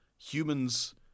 humans